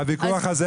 הוויכוח הזה תם.